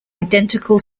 identical